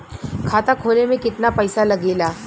खाता खोले में कितना पैसा लगेला?